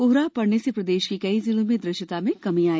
कोहरा पड़ने से प्रदेश के कई जिलों में दृश्यता में कमी आई